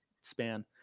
span